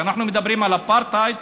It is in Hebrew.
כשאנחנו מדברים על אפרטהייד,